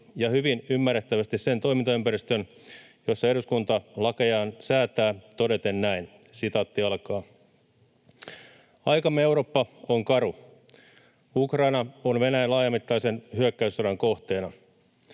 ja hyvin ymmärrettävästi sen toimintaympäristön, jossa eduskunta lakejaan säätää, todeten näin: ”Aikamme Eurooppa on karu. Ukraina on Venäjän laajamittaisen hyökkäyssodan kohteena.